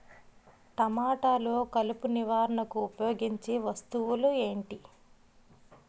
టమాటాలో కలుపు నివారణకు ఉపయోగించే వస్తువు ఏంటి?